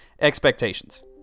expectations